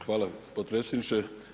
Hvala potpredsjedniče.